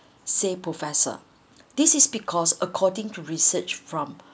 say professor this is because according to research from